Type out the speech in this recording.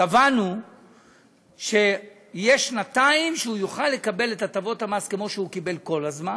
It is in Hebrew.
קבענו שיש שנתיים שהוא יוכל לקבל את הטבות המס כמו שהוא קיבל כל הזמן.